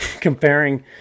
comparing